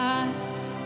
eyes